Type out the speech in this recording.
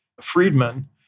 freedmen